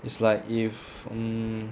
it's like if hmm